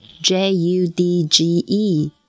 J-U-D-G-E